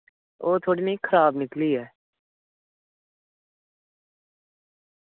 ओह् थोह्ड़ी नेहि खराब निकली ऐ